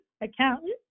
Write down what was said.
accountant